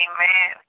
Amen